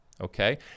Okay